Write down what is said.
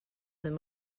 ddydd